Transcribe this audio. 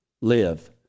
live